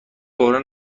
کهنه